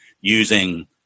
using